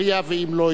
ואם לא יהיה,